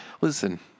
Listen